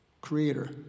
creator